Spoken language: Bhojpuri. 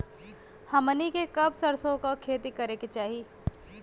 हमनी के कब सरसो क खेती करे के चाही?